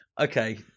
Okay